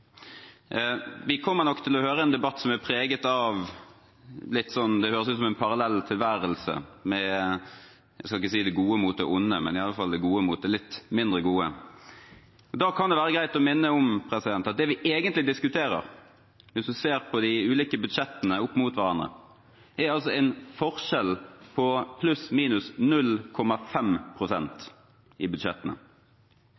Vi kommer nok til å høre en debatt som er preget av at det finnes en parallell tilværelse – jeg skal ikke si det gode mot det onde, men i hvert fall det gode mot det litt mindre gode. Da kan det være greit å minne om at det vi egentlig diskuterer hvis vi ser de ulike budsjettene opp mot hverandre, er en forskjell på